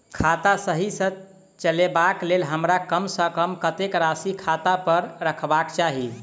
खाता सही सँ चलेबाक लेल हमरा कम सँ कम कतेक राशि खाता पर रखबाक चाहि?